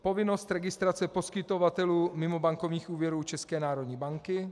Povinnost registrace poskytovatelů mimobankovních úvěrů České národní banky.